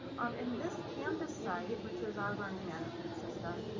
um and this canvas site, which is our learning management system,